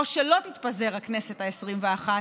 או שלא תתפזר הכנסת העשרים-ואחת,